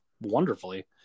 wonderfully